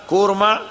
Kurma